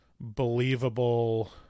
believable